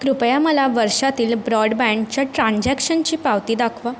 कृपया मला वर्षातील ब्रॉडबँडच्या ट्रान्झॅक्शनची पावती दाखवा